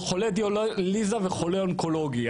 חולה דיאליזה וחולה אונקולוגי,